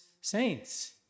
saints